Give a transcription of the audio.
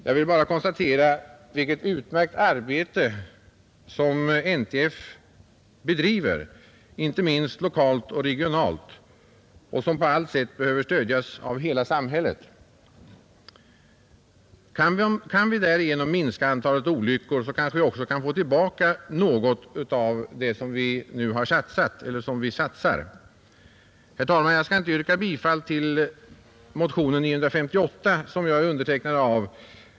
Jag vill bara konstatera vilket utmärkt arbete NTF bedriver, inte minst lokalt och regionalt, ett arbete som på allt sätt behöver stödjas av samhället. Kan vi därigenom minska antalet olyckor kanske vi också kan få tillbaka något av det som vi nu satsar. Herr talman! Jag skall inte yrka bifall till motionen 958 som jag har undertecknat.